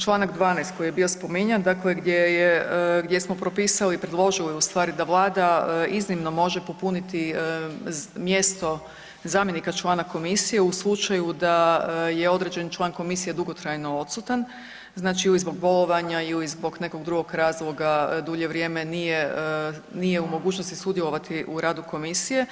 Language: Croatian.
članak 12. koji je bio spominjan, dakle gdje smo propisali, predložili u stvari da Vlada iznimno može popuniti mjesto zamjenika člana komisije u slučaju da je određen član komisije dugotrajno odsutan znači ili zbog bolovanja ili zbog nekog drugog razloga dulje vrijeme nije u mogućnosti sudjelovati u radu komisije.